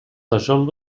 resol